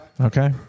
okay